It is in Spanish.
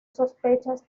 sospechas